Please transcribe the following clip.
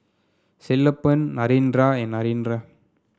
Sellapan Narendra and Narendra